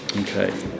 Okay